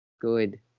Good